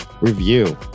review